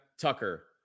Tucker